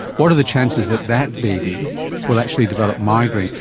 what are the chances that that baby will actually develop migraine?